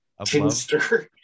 tinster